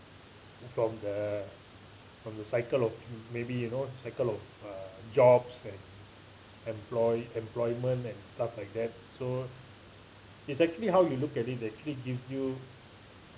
from the from the cycle of maybe you know cycle of uh jobs and employ employment and stuff like that so it's actually how you look at it that actually gives you